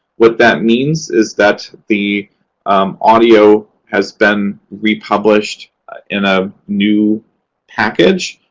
what that means is that the audio has been republished in a new package.